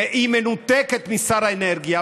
ושהיא מנותקת משר האנרגיה,